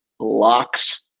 locks